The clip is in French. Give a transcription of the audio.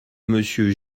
monsieur